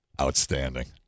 outstanding